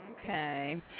Okay